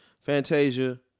Fantasia